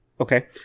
Okay